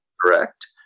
Correct